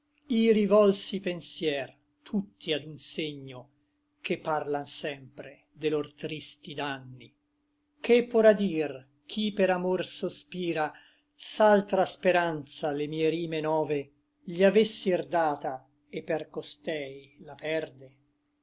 i pensier tutti ad un segno che parlan sempre de lor tristi danni che porà dir chi per amor sospira s'altra speranza le mie rime nove gli avessir data et per costei la perde